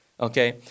okay